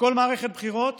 בכל מערכת בחירות